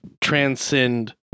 transcend